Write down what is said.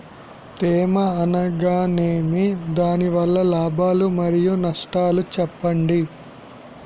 తేమ అనగానేమి? దాని వల్ల లాభాలు మరియు నష్టాలను చెప్పండి?